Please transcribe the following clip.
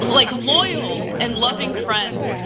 like loyal and loving friend,